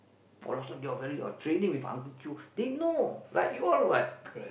oh last time they all very uh training with Uncle-Choo they know like you all what